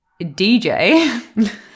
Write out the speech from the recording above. DJ